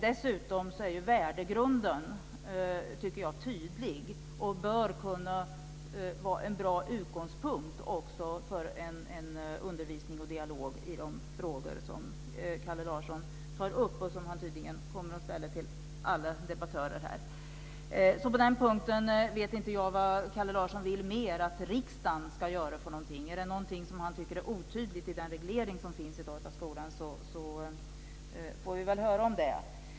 Dessutom är värdegrunden tydlig och bör kunna vara en bra utgångspunkt också för en undervisning och dialog i de frågor som Kalle Larsson tar upp, och som han tydligen kommer att ställa till alla debattörer. Jag vet inte vad Kalle Larsson vill att riksdagen ska göra mer på den punkten. Är det någonting som han tycker är otydligt i den reglering som i dag finns av skolan får vi väl höra om det.